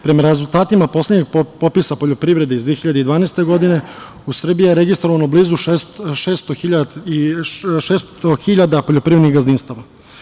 Prema rezultatima poslednjeg popisa poljoprivrede iz 2012. godine u Srbiji je registrovano blizu 600 hiljada poljoprivrednih gazdinstava.